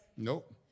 Nope